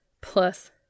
Plus